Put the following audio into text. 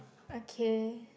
okay